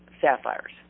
sapphires